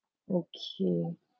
okay